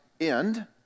end